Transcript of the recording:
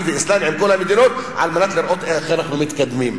ואסלאמי עם כל המדינות על מנת לראות איך אנחנו מתקדמים.